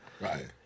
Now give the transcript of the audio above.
Right